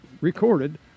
recorded